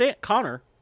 Connor